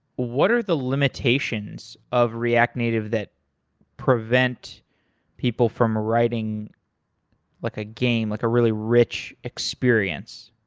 what are the limitations of react native that prevent people from writing like a game, like a really rich experience?